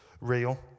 real